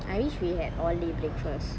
I wish we had oily breakfast